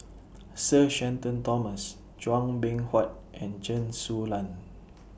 Sir Shenton Thomas Chua Beng Huat and Chen Su Lan